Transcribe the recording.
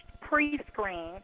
pre-screen